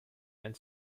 and